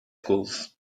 schools